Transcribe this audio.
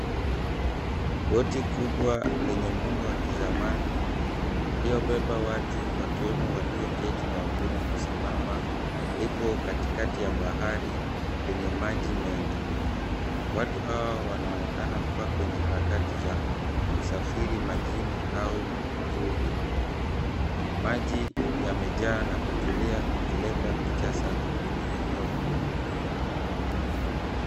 Boti kubwa lenye muundo wa kizamani iliyobeba watu, wakiwemo walioketi na wengine kusimama, lipo katikati ya bahari penye maji mengi. Watu hawa wanaonekana kuwa kwenye harakati za usafiri majini au uvuvi. Maji yamejaa na kutulia ikileta picha safi kwenye eneo hiyo.